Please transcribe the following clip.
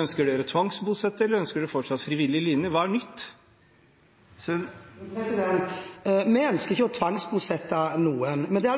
Ønsker dere å tvangsbosette, eller ønsker man fortsatt en frivillig linje? Hva er nytt? Vi ønsker ikke å tvangsbosette noen. Men det